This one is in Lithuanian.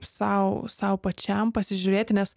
sau sau pačiam pasižiūrėti nes